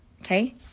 okay